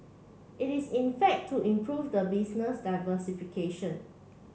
it is in fact to improve the business diversification